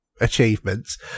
achievements